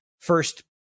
First